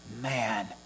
man